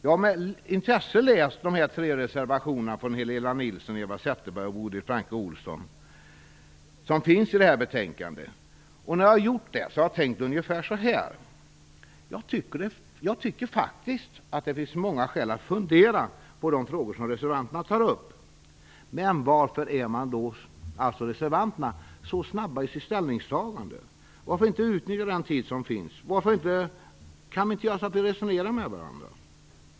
Jag har med intresse läst de tre reservationerna från Helena Nilsson, Eva Zetterberg och Bodil Francke Ohlsson. När jag gjort det har jag tänkt ungefär så här: Jag tycker faktiskt att det finns många skäl att fundera på de frågor som reservanterna tar upp. Men varför är reservanterna så snabba i sitt ställningstagande? Varför utnyttjar de inte den tid som finns? Kan vi inte resonera med varandra?